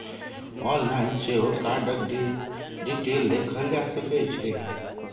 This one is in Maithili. आनलाइन सेहो कार्डक डिटेल देखल जा सकै छै